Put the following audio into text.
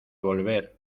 volver